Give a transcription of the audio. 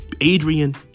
Adrian